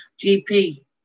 GP